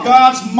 God's